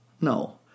No